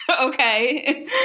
Okay